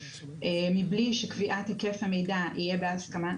מבלי שקביעת היקף המידע יהיה בהסכמה,